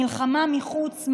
מלחמה מחוץ,